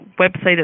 website